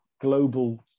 global